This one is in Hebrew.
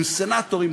עם סנטורים,